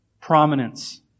prominence